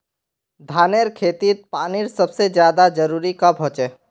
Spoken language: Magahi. धानेर खेतीत पानीर सबसे ज्यादा जरुरी कब होचे?